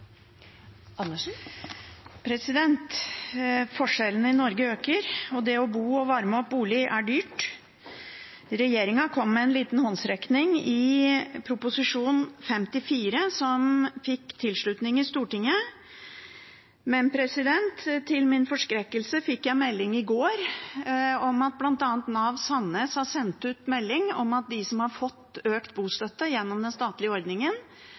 dyrt. Regjeringen kom med en liten håndsrekning i Prop. 54 S for 2018–2019, som fikk tilslutning i Stortinget, men til min forskrekkelse fikk jeg melding i går om at bl.a. Nav Sandnes har sendt ut melding om at de som har fått økt bostøtte gjennom den statlige ordningen,